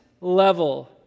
level